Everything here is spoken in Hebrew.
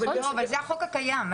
זה החוק הקיים.